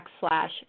backslash